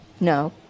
No